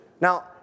Now